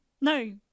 No